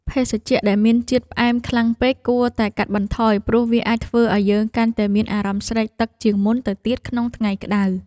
ភេសជ្ជៈដែលមានជាតិផ្អែមខ្លាំងពេកគួរតែកាត់បន្ថយព្រោះវាអាចធ្វើឱ្យយើងកាន់តែមានអារម្មណ៍ស្រេកទឹកជាងមុនទៅទៀតក្នុងថ្ងៃក្តៅ។